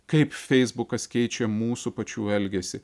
kaip feisbukas keičia mūsų pačių elgesį